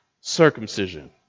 circumcision